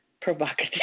provocative